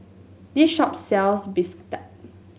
this shop sells bistake